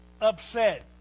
upset